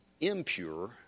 impure